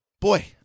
boy